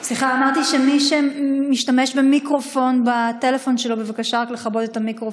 של קבוצת הרשימה המשותפת וקבוצת מרצ.